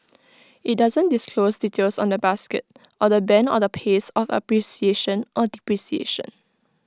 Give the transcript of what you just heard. IT doesn't disclose details on the basket or the Band or the pace of appreciation or depreciation